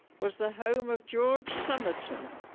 was the home of george somerton,